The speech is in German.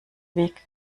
weg